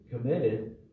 committed